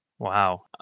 Wow